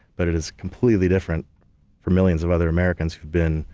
but it is completely different for millions of other americans who've been